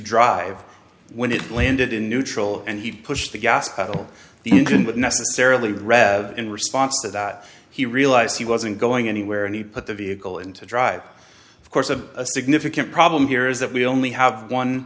drive when it landed in neutral and he pushed the gas pedal the engine would necessarily read in response to that he realized he wasn't going anywhere and he put the vehicle in to drive of course a significant problem here is that we only have one